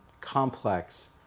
complex